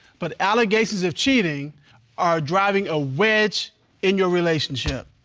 but allegations of cheating are driving a wedge in your relationship.